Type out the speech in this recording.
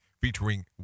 featuring